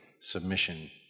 submission